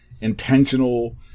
intentional